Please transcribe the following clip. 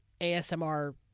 ASMR